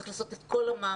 צריך לעשות את כל המאמץ,